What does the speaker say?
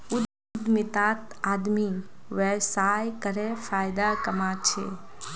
उद्यमितात आदमी व्यवसाय करे फायदा कमा छे